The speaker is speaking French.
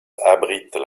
abritent